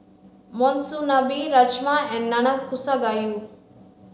Monsunabe Rajma and Nanakusa gayu